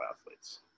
athletes